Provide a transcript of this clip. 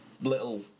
little